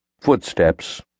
Footsteps